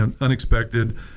unexpected